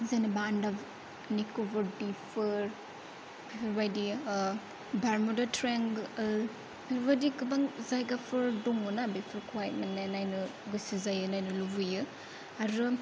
जेनेबा आन्दामान निकबार द्वीपफोर बेफोरबायदि बार्मुदा ट्रायंगोल बेफोरबादि गोबां जायगाफोर दङ ना बेफोरखौहाय माने नायनो गोसो जायो नायनो लुबैयो आरो